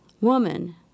woman